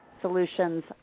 solutions